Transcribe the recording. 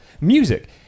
Music